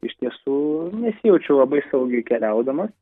iš tiesų nesijaučiu labai saugiai keliaudamas